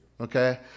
Okay